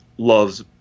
loves